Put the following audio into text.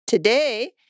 Today